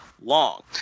long